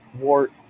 Wart